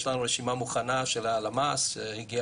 יש לנו רשימה מוכנה של הלמ"ס שהגיע